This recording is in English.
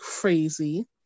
crazy